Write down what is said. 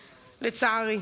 לצערי.